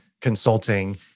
consulting